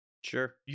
Sure